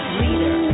leader